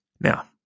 now